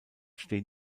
stehen